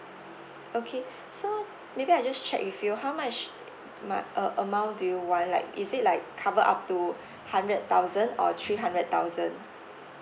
okay so maybe I just check with you how much ma~ uh amount do you want like is it like cover up to hundred thousand or three hundred thousand